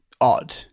odd